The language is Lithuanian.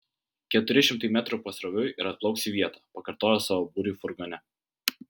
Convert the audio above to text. keturi šimtai metrų pasroviui ir atplauks į vietą pakartojo savo būriui furgone